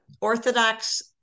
Orthodox